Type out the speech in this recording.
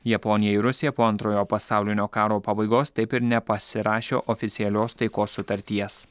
japonija ir rusija po antrojo pasaulinio karo pabaigos taip ir nepasirašė oficialios taikos sutarties